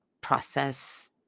Process